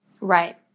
Right